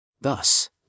Thus